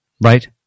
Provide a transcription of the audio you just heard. right